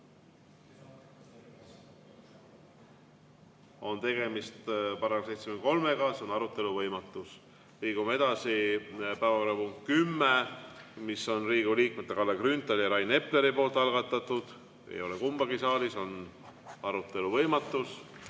on tegemist §-ga 73, see on arutelu võimatus. Liigume edasi, päevakorrapunkt nr 10, mis on Riigikogu liikmete Kalle Grünthali ja Rain Epleri poolt algatatud. Ei ole kumbagi saalis, on arutelu võimatus.